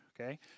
Okay